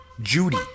Judy